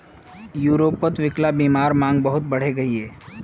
यूरोपोत विक्लान्ग्बीमार मांग बहुत बढ़े गहिये